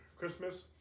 Christmas